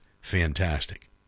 fantastic